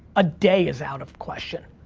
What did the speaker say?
a day, is out of question.